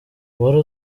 uwari